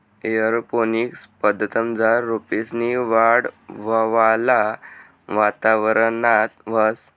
aeroponics पद्धतमझार रोपेसनी वाढ हवावाला वातावरणात व्हस